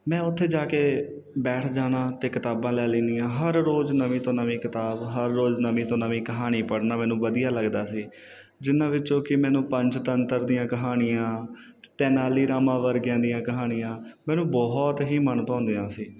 ਮੈਂ ਉੱਥੇ ਜਾ ਕੇ ਬੈਠ ਜਾਣਾ ਅਤੇ ਕਿਤਾਬਾਂ ਲੈ ਲੈਣੀਆਂ ਹਰ ਰੋਜ਼ ਨਵੀਂ ਤੋਂ ਨਵੀਂ ਕਿਤਾਬ ਹਰ ਰੋਜ਼ ਨਵੀਂ ਤੋਂ ਨਵੀਂ ਕਹਾਣੀ ਪੜ੍ਹਨਾ ਮੈਨੂੰ ਵਧੀਆ ਲੱਗਦਾ ਸੀ ਜਿਨ੍ਹਾਂ ਵਿੱਚੋਂ ਕਿ ਮੈਨੂੰ ਪੰਜ ਤੰਤਰ ਦੀਆਂ ਕਹਾਣੀਆਂ ਅਤੇ ਨਾਲ ਹੀ ਰਾਮਾ ਵਰਗਿਆਂ ਦੀਆਂ ਕਹਾਣੀਆਂ ਮੈਨੂੰ ਬਹੁਤ ਹੀ ਮਨ ਭਾਉਂਦੀਆਂ ਸੀ